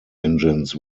engines